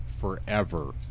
forever